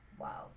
Wow